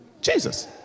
Jesus